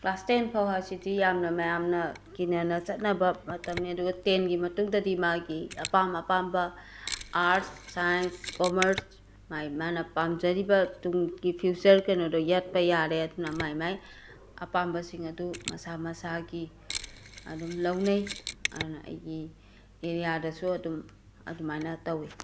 class ꯇꯦꯟꯐꯥꯎ ꯍꯥꯏꯁꯤꯗꯤ ꯌꯥꯝꯅ ꯃꯌꯥꯝꯅ ꯀꯤꯅꯅ ꯆꯠꯅꯕ ꯃꯇꯝꯅꯤ ꯑꯗꯨꯒ ꯇꯦꯟꯒꯤ ꯃꯇꯨꯡꯗꯗꯤ ꯃꯥꯒꯤ ꯑꯄꯥꯝ ꯑꯄꯥꯝꯕ ꯑꯥꯔꯠꯁ ꯁꯥꯏꯟꯁ ꯀꯣꯝꯃꯔꯁ ꯃꯥꯒꯤ ꯃꯥꯒꯤ ꯄꯥꯝꯖꯔꯤꯕ ꯇꯨꯡꯒꯤ ꯐ꯭ꯌꯨꯆꯔ ꯀꯩꯅꯣꯗꯣ ꯌꯥꯠꯄ ꯌꯥꯔꯦ ꯃꯥꯒꯤ ꯃꯥꯒꯤ ꯑꯄꯥꯝꯕꯁꯤꯡ ꯑꯗꯨ ꯃꯁꯥ ꯃꯁꯥꯒꯤ ꯑꯗꯨꯝ ꯂꯧꯅꯩ ꯑꯗꯨꯅ ꯑꯩꯒꯤ ꯑꯦꯔꯤꯌꯥꯗꯁꯨ ꯑꯗꯨꯝ ꯑꯗꯨꯃꯥꯏꯅ ꯇꯧꯏ